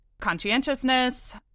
conscientiousness